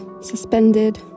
suspended